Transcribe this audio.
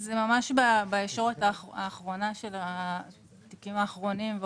זה ממש בישורת האחרונה של התיקים האחרונים.